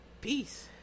peace